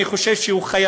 אני חושב שהוא צודק,